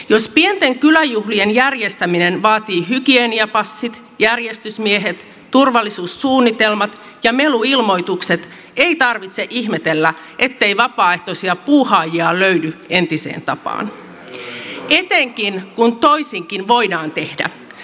jos pienten kyläjuhlien järjestäminen vaatii hygieniapassit järjestysmiehet turvallisuussuunnitelmat ja meluilmoitukset ei tarvitse ihmetellä ettei vapaaehtoisia puuhaajia löydy entiseen tapaan etenkin kun toisinkin voidaan tehdä